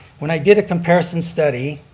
when i did a comparison study